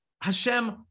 hashem